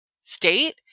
state